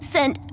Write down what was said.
Sent